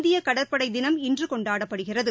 இந்தியகடற்படைதினம் இன்றுகொண்டாடப்படுகிறது